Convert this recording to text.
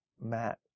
Matt